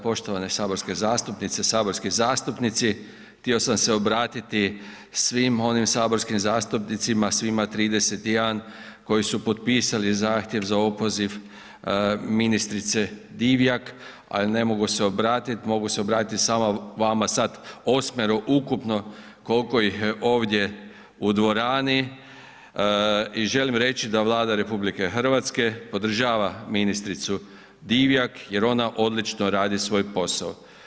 Poštovane saborske zastupnice, saborski zastupnici htio sam se obratiti svim onim saborskim zastupnicima, svima 31 koji su potpisali zahtjev za opoziv ministrice Divjak, ali ne mogu se obratiti, mogu se obratiti samo vama sad 8 ukupno koliko ih je ovdje u dvorani i želim reći da Vlada RH podržava ministricu Divjak jer ona odlično radi svoj posao.